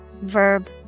Verb